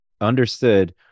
Understood